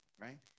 right